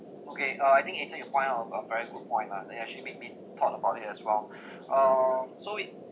okay uh I think eason oh you point out a very good point lah it actually make me thought about it as well um so it